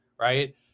Right